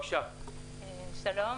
שלום.